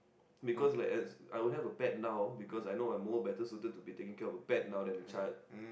because like as I would have a pet now because I know I am more suited to taking care of a pet now than a child